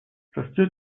растет